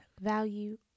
value